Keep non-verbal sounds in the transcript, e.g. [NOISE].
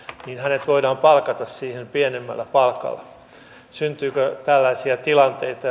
niin hänet voidaan palkata siihen pienemmällä palkalla syntyykö tällaisia tilanteita [UNINTELLIGIBLE]